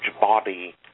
body